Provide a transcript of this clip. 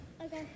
Okay